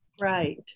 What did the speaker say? Right